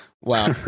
Wow